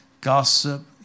gossip